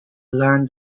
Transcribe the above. learn